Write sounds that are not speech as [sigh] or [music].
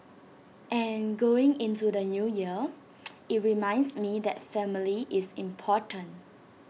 and going into the New Year [noise] IT reminds me that family is important